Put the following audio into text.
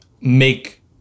make